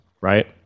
right